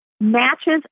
matches